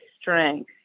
strength